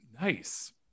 Nice